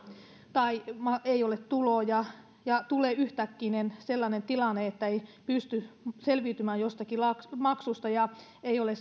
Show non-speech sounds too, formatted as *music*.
tai ei ole tuloja ja tulee yhtäkkinen sellainen tilanne että ei pysty selviytymään jostakin maksusta ja sitä luottoa ei ole *unintelligible*